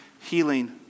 healing